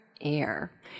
air